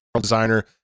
designer